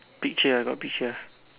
peach ya I got peach ya